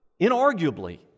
inarguably